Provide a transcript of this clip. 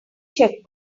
check